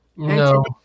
no